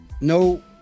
no